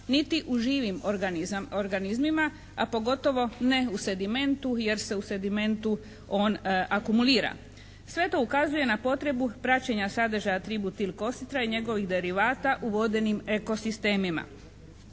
niti u živim organizmima, a pogotovo ne u sedimentu jer se u sedimentu on akumulira. Sve to ukazuje na potrebu praćenja sadržaja tributil kositra i njegovih derivata u vodenim eko sistemima.